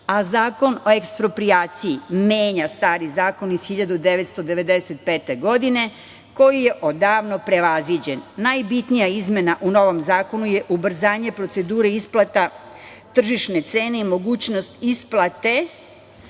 a Zakon o eksproprijaciji menja stari zakon iz 1995. godine koji je odavno prevaziđen. Najbitnija izmena u novom zakonu je ubrzanje procedure isplata tržišne cene i mogućnost isplate